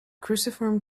cruciform